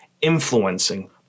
influencing